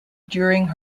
during